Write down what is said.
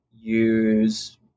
use